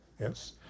yes